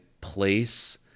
place